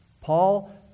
Paul